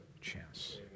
chance